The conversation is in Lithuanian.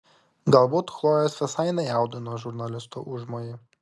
galbūt chlojės visai nejaudino žurnalisto užmojai